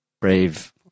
brave